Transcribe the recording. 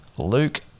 Luke